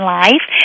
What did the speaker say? life